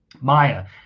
maya